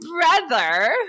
brother